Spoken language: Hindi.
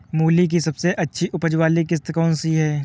मूली की सबसे अच्छी उपज वाली किश्त कौन सी है?